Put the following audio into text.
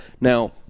Now